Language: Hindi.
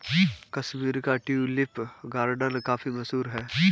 कश्मीर का ट्यूलिप गार्डन काफी मशहूर है